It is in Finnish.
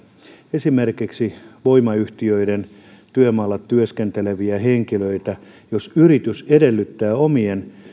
esimerkiksi voimayhtiöiden työmaalla työskenteleviä henkilöitä jos yritys edellyttää omien